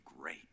great